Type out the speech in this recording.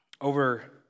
Over